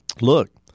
Look